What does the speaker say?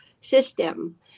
system